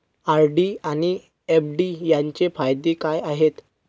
RD आणि FD यांचे फायदे काय आहेत?